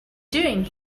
doing